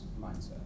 mindset